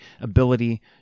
ability